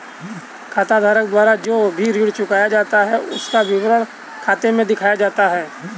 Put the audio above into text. खाताधारक द्वारा जो भी ऋण चुकाया जाता है उसका विवरण खाते में दिखता है